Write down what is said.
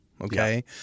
okay